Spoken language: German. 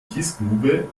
kiesgrube